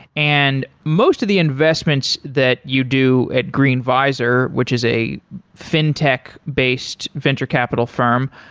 and most of the investments that you do at green visor, which is a fintech based venture capital firm,